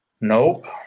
Nope